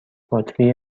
باتری